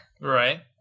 Right